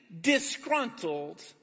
disgruntled